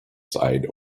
side